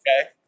okay